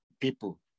people